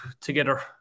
together